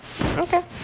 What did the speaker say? Okay